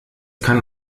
kann